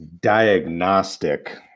diagnostic